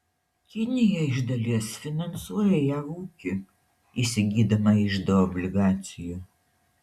kinija iš dalies finansuoja jav ūkį įsigydama iždo obligacijų